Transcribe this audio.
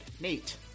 Nate